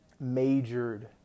majored